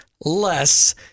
Less